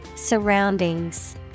Surroundings